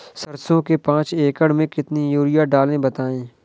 सरसो के पाँच एकड़ में कितनी यूरिया डालें बताएं?